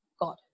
God